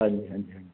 ਹਾਂਜੀ ਹਾਂਜੀ ਹਾਂਜੀ